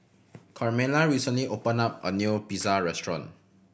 Carmella recently open up a new Pizza Restaurant